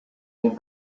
will